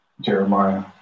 Jeremiah